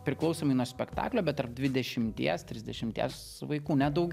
priklausomai nuo spektaklio bet tarp dvidešimties trisdešimties vaikų ne daugiau